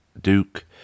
Duke